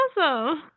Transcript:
awesome